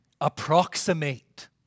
approximate